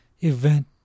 event